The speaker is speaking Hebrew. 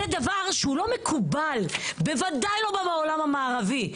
זה דבר שהוא לא מקובל, בוודאי לא בעולם המערבי.